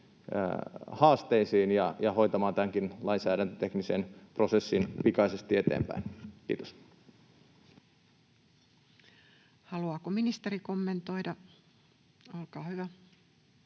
haasteisiin ja hoitamaan tämänkin lainsäädäntöteknisen prosessin pikaisesti eteenpäin. — Kiitos. [Speech 183] Speaker: Toinen varapuhemies